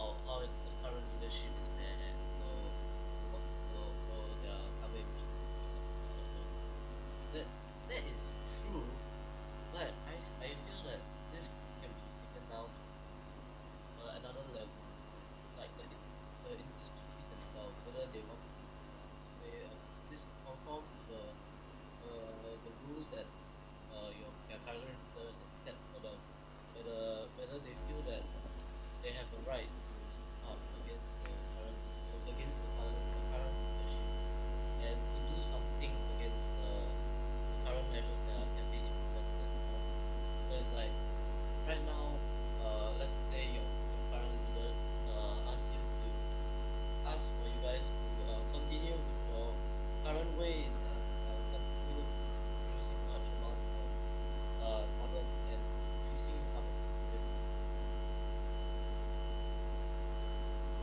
sorry I can't hear you yeah hi can hear you yes uh I can hear you uh uh